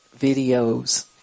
videos